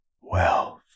wealth